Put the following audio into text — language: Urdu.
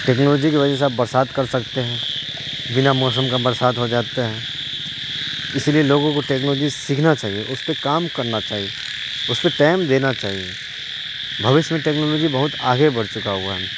ٹیکنالوجی کی وجہ سے آپ برسات کر سکتے ہیں بنا موسم کا برسات ہو جاتا ہے اسی لیے لوگوں کو ٹیکنالوجی سیکھنا چاہیے اس پہ کام کرنا چاہیے اس پہ ٹائم دینا چاہیے بھویشیا میں ٹیکنالوجی بہت آگے بڑھ چکا ہوا ہے